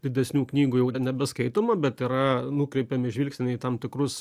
didesnių knygų jau nebeskaitoma bet yra nukreipiami žvilgsniai į tam tikrus